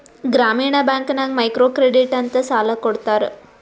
ಗ್ರಾಮೀಣ ಬ್ಯಾಂಕ್ ನಾಗ್ micro credit ಅಂತ್ ಸಾಲ ಕೊಡ್ತಾರ